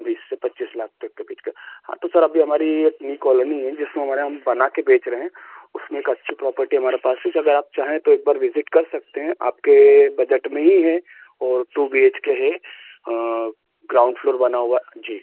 बीस से पच्चीस लाख तक के बीच का हाँ तो सर अभी हमारी अपनी कोलोनी है जिसमें हमारा हम बना कर बेच रहे हैं उसमें एक अच्छी प्रॉपर्टी हमारे पास है अगर आप चाहें तो एक बार विज़िट कर सकते हैं आपके बजट में ही है और टू बी एच के है ग्राउन्ड फ़्लोर बना हुआ जी